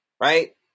right